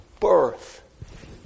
birth